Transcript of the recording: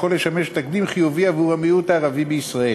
לשמש תקדים חיובי עבור המיעוט הערבי בישראל.